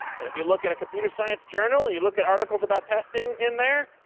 but if you look at a computer science journal, you look at articles about testing in there,